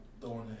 throwing